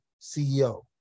CEO